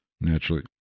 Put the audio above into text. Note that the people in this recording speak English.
naturally